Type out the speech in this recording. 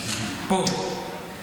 פה,